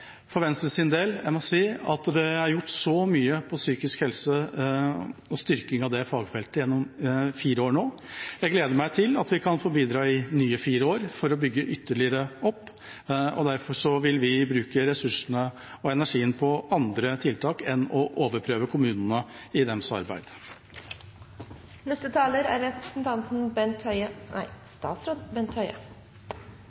For Venstre sin del må jeg si at det er gjort mye for psykisk helse og styrking av det fagfeltet gjennom fire år. Jeg gleder meg til at vi kan få bidra i nye fire år for å bygge ytterligere opp. Derfor vil vi bruke ressursene og energien på andre tiltak enn å overprøve